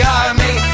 army